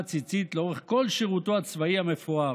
ציצית לאורך כל שירותו הצבאי המפואר,